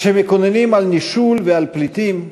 כשמקוננים על נישול ועל פליטים,